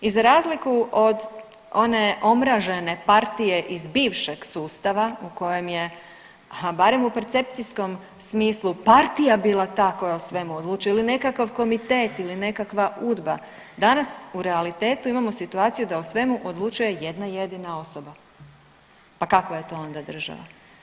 I za razliku od one omražene partije iz bivšeg sustava u kojem je barem u percepcijskom smislu partija bila ta koja je o svemu odlučila ili nekakav komitet, ili nekakva UDBA, danas u realitetu imamo situaciju da o svemu odlučuje jedna jedina osoba, pa kakva je to onda država?